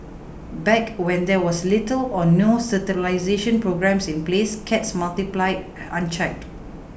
back when there was little or no sterilisation programme in place cats multiplied unchecked